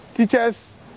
Teachers